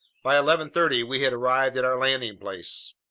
by eleven thirty we had arrived at our landing place.